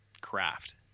craft